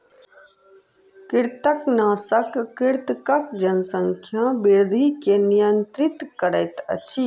कृंतकनाशक कृंतकक जनसंख्या वृद्धि के नियंत्रित करैत अछि